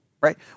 right